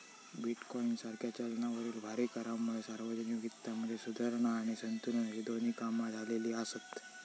bitcoin सारख्या चलनावरील भारी करांमुळे सार्वजनिक वित्तामध्ये सुधारणा आणि संतुलन अशी दोन्ही कामा झालेली आसत